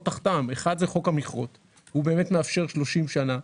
תחתם: אחד זה חוק המכרות שמאפשר 30 שנה,